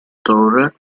torre